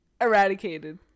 eradicated